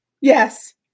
Yes